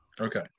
Okay